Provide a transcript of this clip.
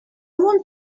want